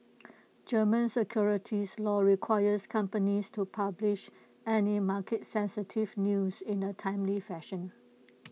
German securities law requires companies to publish any market sensitive news in A timely fashion